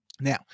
Now